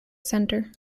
centre